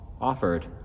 offered